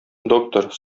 доктор